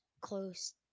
close